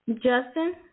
Justin